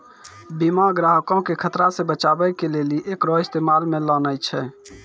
बीमा ग्राहको के खतरा से बचाबै के लेली एकरो इस्तेमाल मे लानै छै